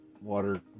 water